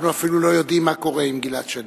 אנחנו אפילו לא יודעים מה קורה עם גלעד שליט.